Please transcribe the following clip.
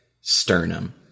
sternum